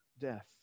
death